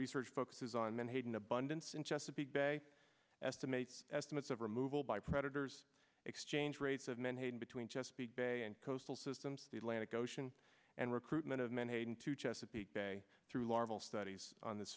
research focuses on menhaden abundance in chesapeake bay estimates estimates of removal by predators exchange rates of menhaden between chesapeake bay and coastal systems the atlantic ocean and recruitment of menhaden to chesapeake bay through larval studies on this